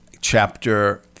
chapter